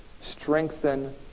strengthen